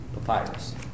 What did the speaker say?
papyrus